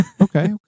okay